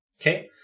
Okay